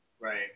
Right